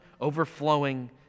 overflowing